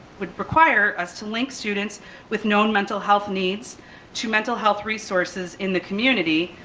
would require us to link students with known mental health needs to mental health resources in the community